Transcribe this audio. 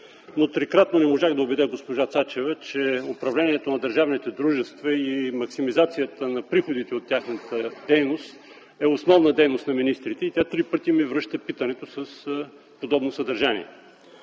но трикратно не можах да убедя госпожа Цачева, че управлението на държавните дружества и максимизацията на приходите от тяхната дейност е основна дейност на министрите, и тя три пъти ми връща питането с подобно съдържание.